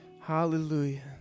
Hallelujah